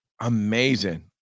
Amazing